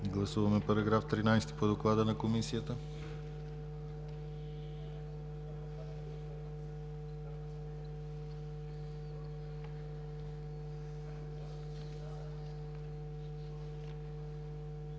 Параграф 13 по доклада на Комисията